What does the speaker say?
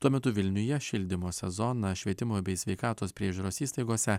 tuo metu vilniuje šildymo sezoną švietimo bei sveikatos priežiūros įstaigose